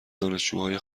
دانشجوهای